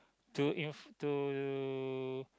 to in to